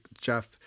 jeff